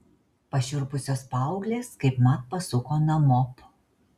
pašiurpusios paauglės kaipmat pasuko namop